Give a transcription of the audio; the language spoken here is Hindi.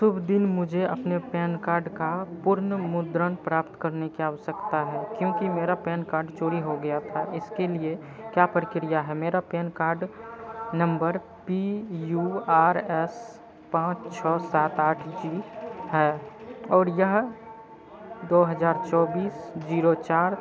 शुभ दिन मुझे अपने पैन कार्ड का पुनर्मुद्रण प्राप्त करने की आवश्यकता है क्योंकि मेरा पैन कार्ड चोरी हो गया था इसके लिए क्या प्रक्रिया है मेरा पैन कार्ड नम्बर पी यू आर एस पाँच छह सात आठ जी है और यह दो हज़ार चौबीस ज़ीरो चार ज़ीरो तीन को जारी किया गया था